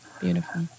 Beautiful